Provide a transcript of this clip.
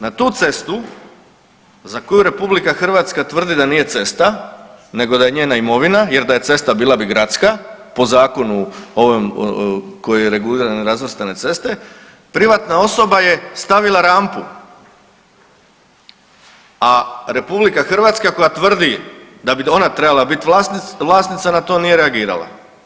Na tu cestu za koju RH tvrdi da nije cesta nego da je njena imovina, jer da je cesta, bila bi gradska po zakonu, ovom koji regulira nerazvrstane ceste, privatna osoba je stavila rampu, a RH koja tvrdi da bi ona trebala biti vlasnica na to nije reagirala.